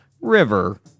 River